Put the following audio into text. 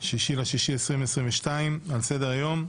6 ביוני 2022. על סדר-היום: